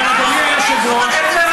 אז מה אתה בכלל,